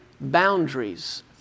boundaries